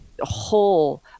whole